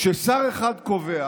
ששר אחד קובע